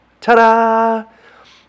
Ta-da